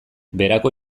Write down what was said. berako